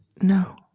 No